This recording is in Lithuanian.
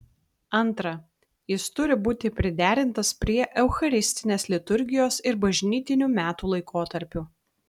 antra jis turi būti priderintas prie eucharistinės liturgijos ir bažnytinių metų laikotarpių